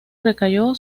recayó